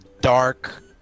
dark